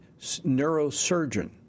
neurosurgeon